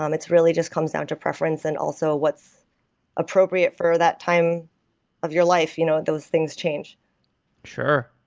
um it's really just comes down to preference and also what's appropriate for that time of your life, you know those things change sure.